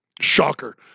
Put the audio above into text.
shocker